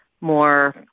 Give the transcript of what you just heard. more